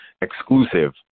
exclusive